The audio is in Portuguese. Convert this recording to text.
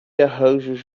arranjos